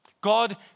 God